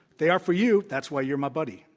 they are for you. that's why you're my buddy,